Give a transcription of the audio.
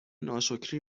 ناشکری